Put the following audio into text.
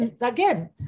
again